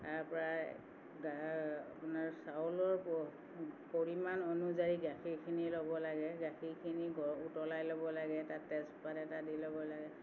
তাৰপৰা গা আপোনাৰ চাউলৰ প পৰিমাণ অনুযায়ী গাখীৰখিনি ল'ব লাগে গাখীৰখিনি গৰম উতলাই ল'ব লাগে তাতে তেজপাত এটা দি ল'ব লাগে